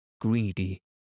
greedy